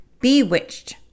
Bewitched